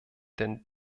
denn